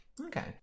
Okay